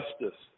justice